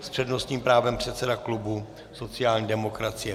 S přednostním právem předseda klubu sociální demokracie.